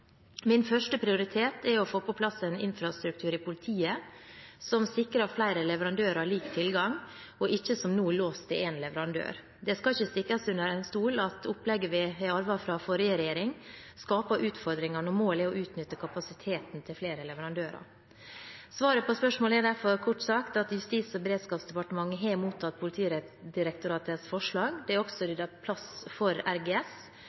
Min første prioritet er å få på plass en infrastruktur i politiet som sikrer flere leverandører lik tilgang, og ikke at det, som nå, er låst til en leverandør. Det skal ikke stikkes under stol at opplegget vi arvet fra forrige regjering, skaper utfordringer når målet er å utnytte kapasiteten til flere leverandører. Svaret på spørsmålet er derfor kort sagt at Justis- og beredskapsdepartementet har mottatt Politidirektoratets forslag. Det er også ryddet plass for RGS,